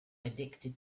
addicted